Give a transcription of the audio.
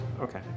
Okay